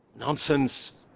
nonsense!